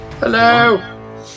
Hello